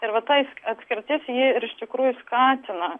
ir va ta atskirtis ji ir iš tikrųjų skatina